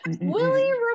Willie